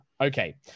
Okay